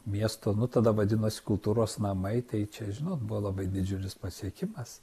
miesto nu tada vadinosi kultūros namai tai čia žinot buvo labai didžiulis pasiekimas